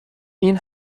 این